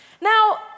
Now